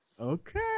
Okay